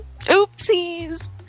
Oopsies